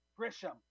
Grisham